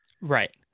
Right